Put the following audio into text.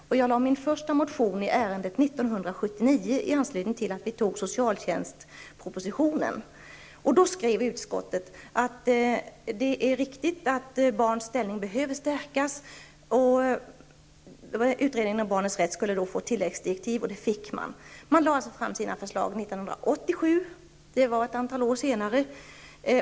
Jag väckte min första motion i ärendet 1979 i anslutning till att vi antog socialtjänstpropositionen. Då skrev utskottet att det är riktigt att barns ställning behöver stärkas. Och utredningen om barnens rätt skulle få tilläggsdirektiv, och det fick den. Utredningen lade fram sina förslag 1987. Det var ett antal år senare.